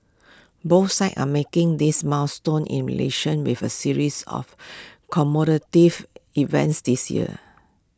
both sides are marking this milestone in relations with A series of events this year